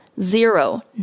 zero